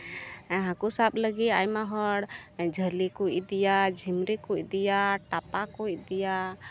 ᱦᱟᱹᱠᱩ ᱥᱟᱵ ᱞᱟᱹᱜᱤᱫ ᱟᱭᱢᱟ ᱦᱚᱲ ᱡᱷᱟᱹᱞᱤ ᱠᱚ ᱤᱫᱤᱭᱟ ᱡᱷᱟᱹᱱᱰᱤ ᱠᱚ ᱤᱫᱤᱭᱟ ᱴᱟᱯᱟ ᱠᱚ ᱤᱫᱤᱭᱟ